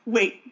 Wait